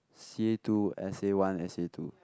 c_a-two s_a-one s_a-two